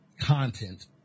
content